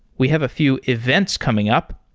we have a few events coming up.